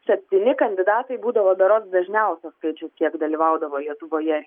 septyni kandidatai būdavo berods dažniausias skaičių kiek dalyvaudavo lietuvoje